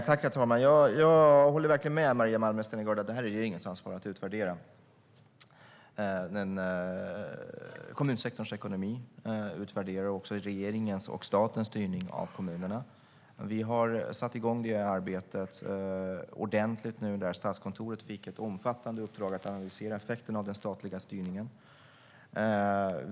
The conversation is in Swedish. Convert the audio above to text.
Herr talman! Jag håller verkligen med Maria Malmer Stenergard om att det är regeringens ansvar att utvärdera detta. Det gäller kommunsektorns ekonomi och en utvärdering också av regeringens och statens styrning av kommunerna. Vi har satt igång detta arbete ordentligt nu; Statskontoret har fått ett omfattande uppdrag att analysera effekten av den statliga styrningen.